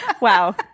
Wow